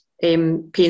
Pain